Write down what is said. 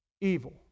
evil